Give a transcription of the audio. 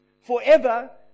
forever